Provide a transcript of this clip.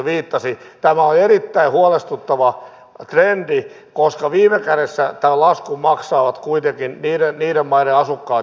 tämä on erittäin huolestuttava trendi koska viime kädessä tämän laskun maksavat kuitenkin niiden maiden asukkaat jotka siellä ovat